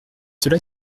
cela